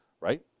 right